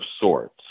sorts